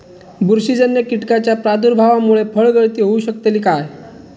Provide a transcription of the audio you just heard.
बुरशीजन्य कीटकाच्या प्रादुर्भावामूळे फळगळती होऊ शकतली काय?